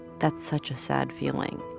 that's such a sad feeling